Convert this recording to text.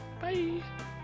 Bye